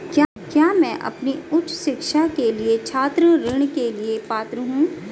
क्या मैं अपनी उच्च शिक्षा के लिए छात्र ऋण के लिए पात्र हूँ?